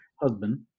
husband